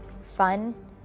fun